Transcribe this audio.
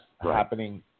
happening